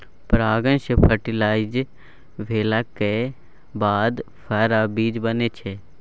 परागण सँ फर्टिलाइज भेलाक बाद फर आ बीया बनै छै